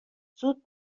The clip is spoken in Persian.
زود